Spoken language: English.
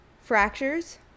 fractures